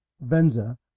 venza